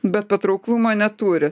bet patrauklumo neturi